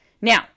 Now